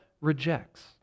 rejects